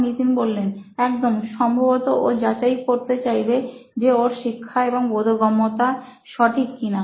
নিতিন একদম সম্ভবত ও যাচাই করতে চাইবে যে ওর শিক্ষা এবং বোধগম্যতা সঠিক কিনা